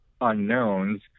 unknowns